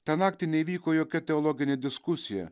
tą naktį neįvyko jokia teologinė diskusija